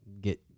get